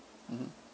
mmhmm